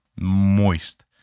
moist